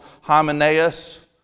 Hymenaeus